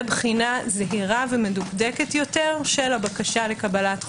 בחינה זהירה ומדוקדקת יותר של הבקשה לקבלת חומרים,